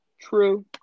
true